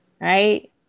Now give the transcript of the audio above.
Right